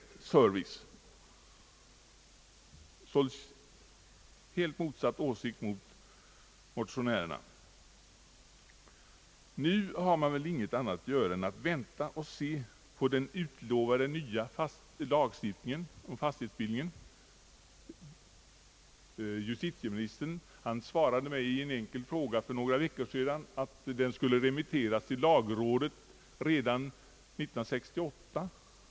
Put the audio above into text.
Jag har således helt motsatt åsikt mot motionärerna. Nu har man väl inget annat att göra än att vänta på den utlovade nya lagstiftningen om fastighetsbildning. Justitieministern svarade mig på en enkel fråga för några veckor sedan, att lagförslaget skulle remitteras till lagrådet redan år 1968.